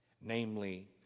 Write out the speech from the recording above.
namely